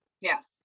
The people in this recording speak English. Yes